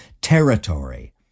territory